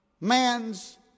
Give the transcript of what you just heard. man's